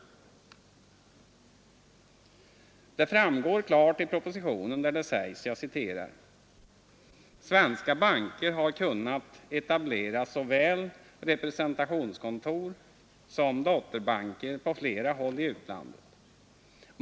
Detta framgår klart i propositionen där det sägs: ”Svenska banker har kunnat etablera såväl representationskontor som dotterbanker på flera håll i utlandet.